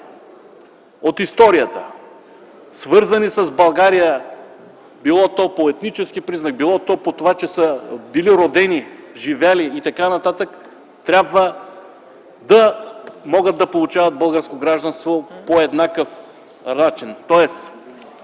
от историята, свързани с България – било то по етнически признак, било по това, че са родени, живели и т.н., да могат да получават българско гражданство по еднакъв начин? Тоест